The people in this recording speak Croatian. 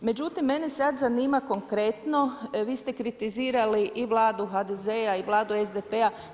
Međutim, mene sad zanima, konkretno, vi ste kritizirali i Vladu HDZ-a i Vladu SDP-a.